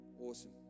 Awesome